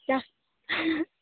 दे